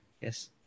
Yes